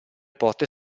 porte